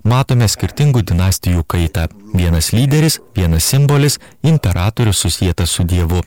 matome skirtingų dinastijų kaitą vienas lyderis vienas simbolis imperatorius susietas su dievu